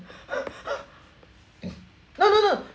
no no no